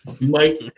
Mike